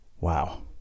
Wow